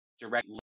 directly